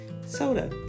soda